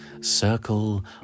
circle